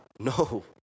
No